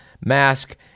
Mask